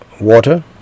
water